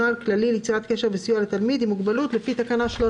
נוהל כללי ליצירת קשר וסיוע לתלמיד עם מוגבלות לפי תקנה 13;